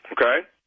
Okay